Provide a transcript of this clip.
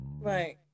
Right